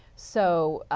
so,